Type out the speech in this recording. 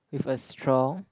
with a straw